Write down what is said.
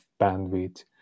bandwidth